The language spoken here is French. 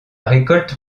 récolte